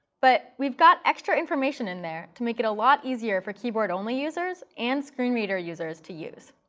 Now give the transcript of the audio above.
but we've got extra information in there to make it a lot easier for keyboard-only users and screen reader users to use.